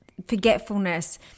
forgetfulness